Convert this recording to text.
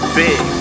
big